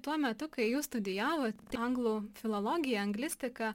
tuo metu kai jūs studijavot anglų filologiją anglistiką